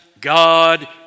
God